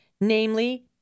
namely